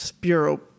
bureau